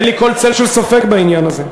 אין לי כל צל של ספק בעניין הזה.